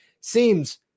seems